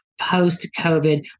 post-COVID